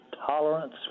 Tolerance